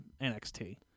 NXT